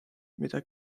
mida